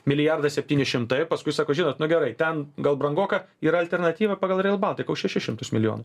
milijardas septyni šimtai paskui sako žinot nu gerai ten gal brangoka yra alternatyva pagal rijal baltik už šešis šimtus milijonų